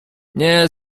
nie